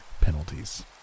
penalties